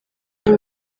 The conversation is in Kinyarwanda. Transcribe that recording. time